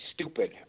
stupid